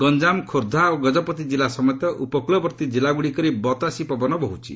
ଗଞ୍ଜାମ୍ ଖୋର୍ଦ୍ଧା ଓ ଗଜପତି କିଲ୍ଲା ସମେତ ଉପକୂଳବର୍ତ୍ତୀ ଜିଲ୍ଲାଗୁଡ଼ିକରେ ବତାସୀ ପବନ ବହୁଛି